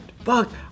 fuck